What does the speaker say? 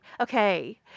Okay